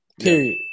period